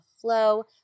flow